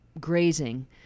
grazing